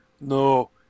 No